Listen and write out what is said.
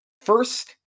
first